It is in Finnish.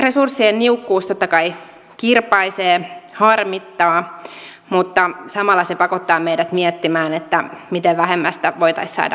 resurssien niukkuus totta kai kirpaisee harmittaa mutta samalla se pakottaa meidät miettimään miten vähemmästä voitaisiin saada enemmän irti